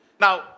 Now